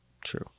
True